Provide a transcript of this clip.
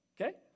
okay